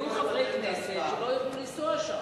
יהיו חברי כנסת שלא יוכלו לנסוע שם.